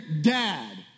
dad